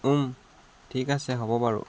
ঠিক আছে হ'ব বাৰু